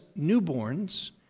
newborns